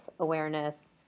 awareness